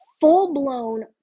full-blown